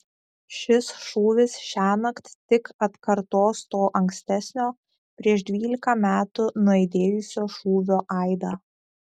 šis šūvis šiąnakt tik atkartos to ankstesnio prieš dvylika metų nuaidėjusio šūvio aidą